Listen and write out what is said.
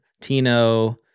Tino